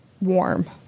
warm